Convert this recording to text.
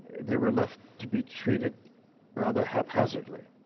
they were left to be treated rather hap hazardly.